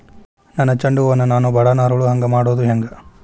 ನನ್ನ ಚಂಡ ಹೂ ಅನ್ನ ನಾನು ಬಡಾನ್ ಅರಳು ಹಾಂಗ ಮಾಡೋದು ಹ್ಯಾಂಗ್?